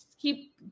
keep